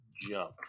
Jump